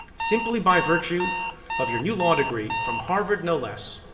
simply by virtue of your new law degree, from harvard no less,